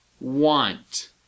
Want